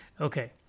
Okay